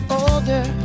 older